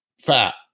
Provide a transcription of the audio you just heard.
fat